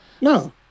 No